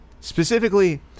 Specifically